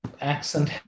accent